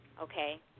okay